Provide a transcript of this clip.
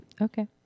Okay